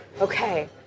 Okay